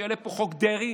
כשיעלה פה חוק דרעי,